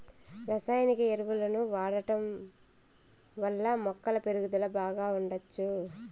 రసాయనిక ఎరువులను వాడటం వల్ల మొక్కల పెరుగుదల బాగా ఉండచ్చు